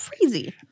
crazy